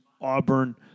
Auburn